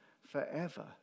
forever